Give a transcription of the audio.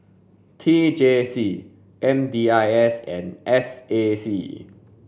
T J C M D I S and S A C